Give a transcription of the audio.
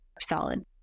solid